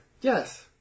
Yes